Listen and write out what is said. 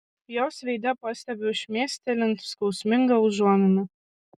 jos veide pastebiu šmėstelint skausmingą užuominą